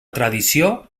tradició